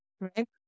Right